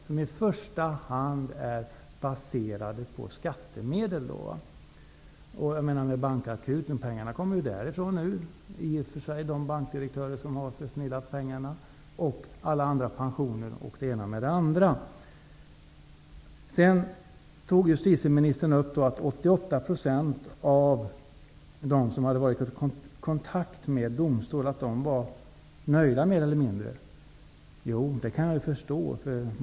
De är i första hand baserade på skattemedel. Nu kommer pengarna från Bankakuten till de bankdirektörer som har försnillat pengarna och till alla andra pensioner. Sedan tog justitieministern upp att 88 % av dem som hade varit i kontakt med en domstol var mer eller mindre nöjda. Det kan jag förstå.